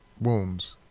wounds